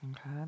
Okay